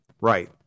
right